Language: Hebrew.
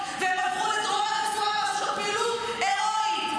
והם עברו לדרום הרצועה ועשו פעילות הירואית.